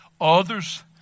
Others